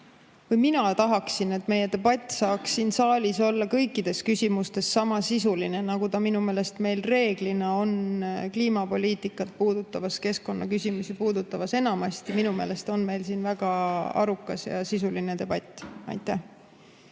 Mina tahaksin, et meie debatt oleks siin saalis kõikides küsimustes sama sisuline, nagu ta minu meelest meil reeglina on kliimapoliitikat puudutavas, keskkonnaküsimusi puudutavas olnud. Minu meelest on meil enamasti siin väga arukas ja sisuline debatt. Aitäh!